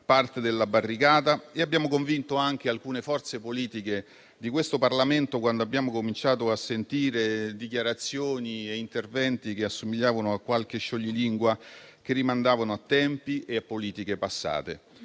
parte della barricata e abbiamo convinto anche alcune forze politiche di questo Parlamento, quando abbiamo cominciato a sentire dichiarazioni e interventi che assomigliavano a qualche scioglilingua, che rimandavano a tempi e a politiche passate.